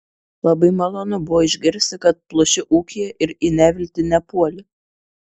labai malonu buvo išgirsti kad pluši ūkyje ir į neviltį nepuoli